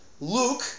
Luke